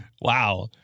Wow